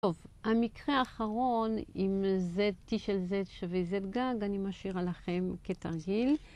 טוב, המקרה האחרון עם z, t של z שווה z גג, אני משאירה לכם כתרגיל.